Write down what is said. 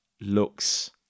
looks